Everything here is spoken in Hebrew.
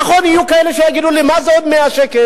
נכון, יהיו כאלה שיגידו לי: מה זה עוד 100 שקל?